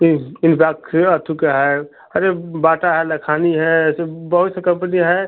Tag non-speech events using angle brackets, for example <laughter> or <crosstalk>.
इस इस बार <unintelligible> का है अरे बाटा है लखानी है ऐसे बहुत से कम्पनी है